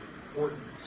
important